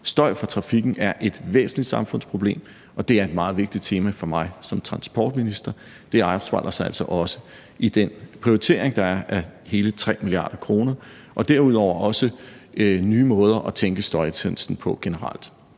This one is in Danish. Støj fra trafikken er et væsentligt samfundsproblem, og det er et meget vigtigt tema for mig som transportminister. Det afspejler sig altså også i den prioritering, der er på hele 3 mia. kr., og derudover også i de nye måder at tænke støjindsatsen på generelt.